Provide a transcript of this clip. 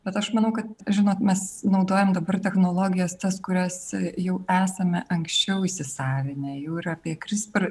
bet aš manau kad žinot mes naudojam dabar technologijas tas kurias jau esame anksčiau įsisavinę jų yra apie krispr